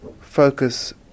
focus